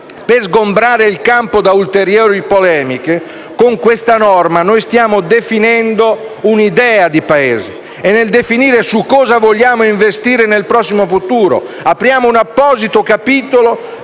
per sgombrare il campo da ulteriori polemiche, con questa norma stiamo definendo un'idea di Paese. E nel definire su cosa vogliamo investire nel prossimo futuro, apriamo un apposito capitolo